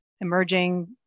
emerging